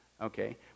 okay